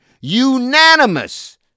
unanimous